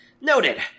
Noted